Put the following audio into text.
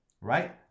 right